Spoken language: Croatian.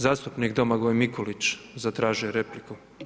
Zastupnik Domagoj Mikulić, zatražio je repliku.